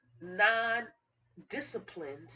non-disciplined